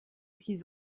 six